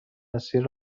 مسیر